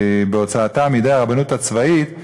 בהוצאתה מידי הרבנות הצבאית,